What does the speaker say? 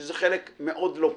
שזה חלק מאוד לא פשוט,